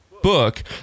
book